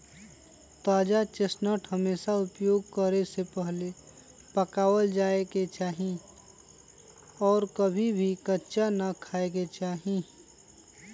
ताजा चेस्टनट हमेशा उपयोग करे से पहले पकावल जाये के चाहि और कभी भी कच्चा ना खाय के चाहि